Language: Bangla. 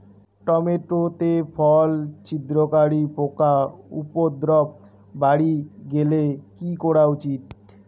টমেটো তে ফল ছিদ্রকারী পোকা উপদ্রব বাড়ি গেলে কি করা উচিৎ?